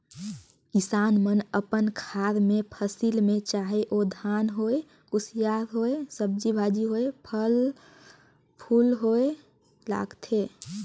किसान मन अपन खार मे फसिल में चाहे ओ धान होए, कुसियार होए, सब्जी भाजी होए, फर फूल होए लगाथे